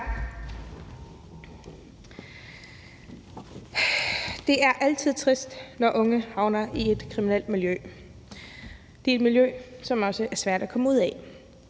Det er altid trist, når unge havner i et kriminelt miljø. Det er et miljø, som også er svært at komme ud af.